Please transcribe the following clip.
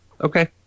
Okay